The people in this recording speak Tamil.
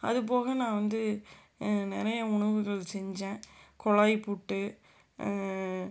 அதுப்போக நான் வந்து நிறையா உணவுகள் செஞ்சேன் குழாய் புட்டு